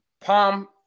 palm